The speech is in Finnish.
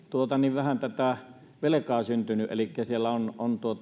vähän velkaa syntynyt elikkä siellä on on